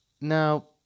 Now